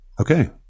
Okay